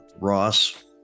ross